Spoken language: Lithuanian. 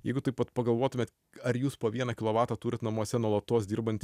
jeigu taip pat pagalvotumėt ar jūs po vieną kilovatą turit namuose nuolatos dirbant